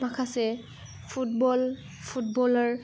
माखासे फुटबलार